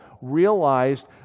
realized